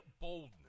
boldness